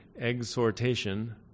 exhortation